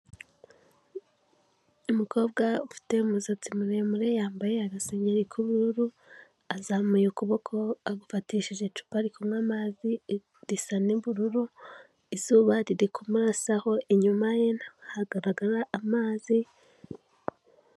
Umukobwa ufite umusatsi muremure, yambaye agasengeri k'ubururu, azamuye ukuboko, agufatishije icupa ari kuywa amazi, risa n'ubururu, izuba riri kumurasaho, inyuma ye na ho hagaragara amazi.